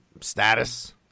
status